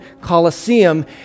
Colosseum